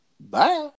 Bye